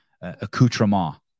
accoutrement